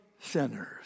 sinners